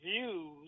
views